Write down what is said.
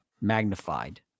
magnified